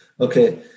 Okay